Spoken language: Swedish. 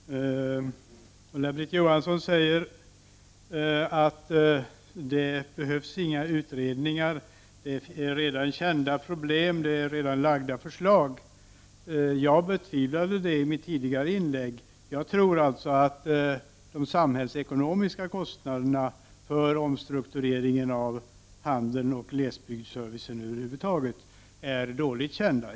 Fru talman! Inga-Britt Johansson säger att det inte behövs några utredningar, eftersom det gäller redan kända problem och redan lagda förslag. Som jag sade i mitt tidigare inlägg betvivlar jag detta. Jag tror alltså att de samhällsekonomiska kostnaderna för omstruktureringen av handeln och glesbygdsservicen över huvud taget är dåligt kända.